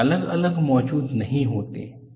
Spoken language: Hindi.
वे अलग अलग मौजूद नहीं होते हैं